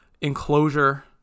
enclosure